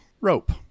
Rope